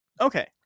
okay